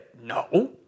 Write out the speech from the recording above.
No